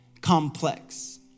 complex